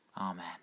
Amen